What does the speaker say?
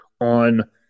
on